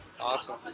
Awesome